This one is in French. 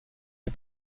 des